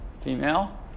female